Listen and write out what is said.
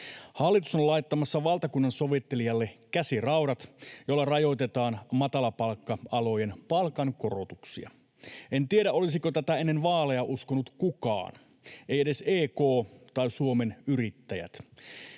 Hallitus on laittamassa valtakunnansovittelijalle käsiraudat, joilla rajoitetaan matalapalkka-alojen palkankorotuksia. En tiedä, olisiko tätä ennen vaaleja uskonut kukaan, ei edes EK tai Suomen Yrittäjät.